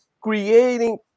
creating